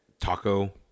taco